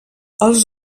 els